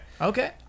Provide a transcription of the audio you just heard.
Okay